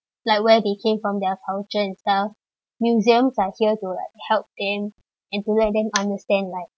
like where they came from their culture and stuff museums are here to like help them and to let them understand like